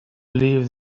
leave